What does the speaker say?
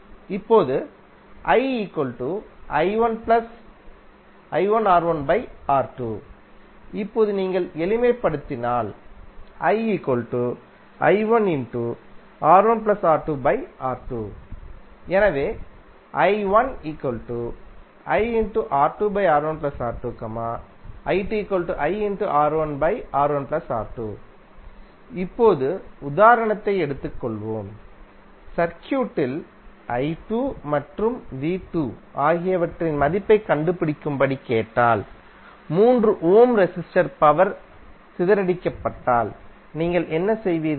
இப்போது இப்போது நீங்கள் எளிமைப்படுத்தினால் எனவே இப்போது உதாரணத்தை எடுத்துக் கொள்வோம் சர்க்யூட்டில் i2 மற்றும் v2 ஆகியவற்றின் மதிப்பைக் கண்டுபிடிக்கும்படி கேட்டால் 3 ஓம் ரெசிஸ்டரில் பவர் சிதறடிக்கப்பட்டால் நீங்கள் என்ன செய்வீர்கள்